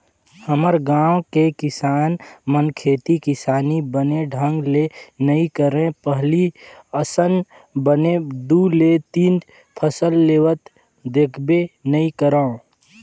हमर गाँव के किसान मन खेती किसानी बने ढंग ले नइ करय पहिली असन बने दू ले तीन फसल लेवत देखबे नइ करव